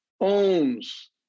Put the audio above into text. owns